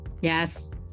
Yes